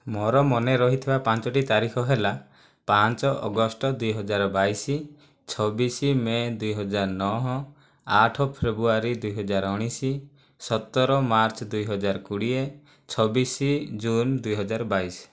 ମୋର ମନେ ରହିଥିବା ପାଞ୍ଚୋଟି ତାରିଖ ହେଲା ପାଞ୍ଚ ଅଗଷ୍ଟ ଦୁଇହଜାର ବାଇଶ ଛବିଶ ମେ' ଦୁଇହଜାର ନଅଶହ ଆଠ ଫେବୃଆରୀ ଦୁଇହଜାର ଉଣେଇଶ ସତର ମାର୍ଚ୍ଚ ଦୁଇହଜାର କୋଡ଼ିଏ ଛବିଶ ଜୁନ ଦୁଇହଜାର ବାଇଶ